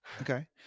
Okay